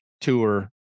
tour